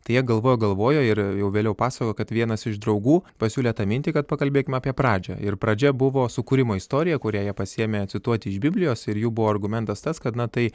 tai jie galvojo galvojo ir jau vėliau pasakojo kad vienas iš draugų pasiūlė tą mintį kad pakalbėkim apie pradžią ir pradžia buvo sukūrimo istorija kurią jie pasiėmė cituoti iš biblijos ir jų buvo argumentas tas kad na tai